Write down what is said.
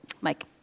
Mike